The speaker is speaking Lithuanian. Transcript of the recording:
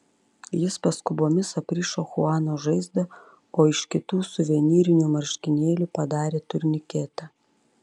jis paskubomis aprišo chuano žaizdą o iš kitų suvenyrinių marškinėlių padarė turniketą